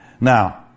Now